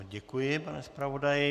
Děkuji, pane zpravodaji.